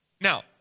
Now